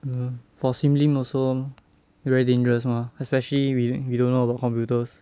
mm for sim lim also very dangerous mah especially we don't we don't know about computers